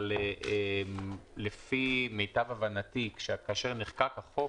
אבל לפי מיטב הבנתי כאשר נחקק החוק